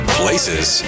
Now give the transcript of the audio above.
places